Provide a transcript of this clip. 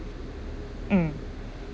mm